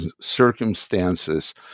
circumstances